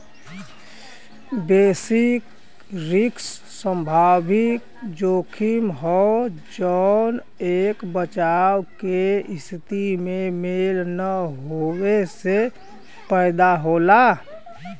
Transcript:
basis risk संभावित जोखिम हौ जौन एक बचाव के स्थिति में मेल न होये से पैदा होला